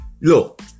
Look